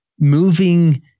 moving